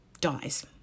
dies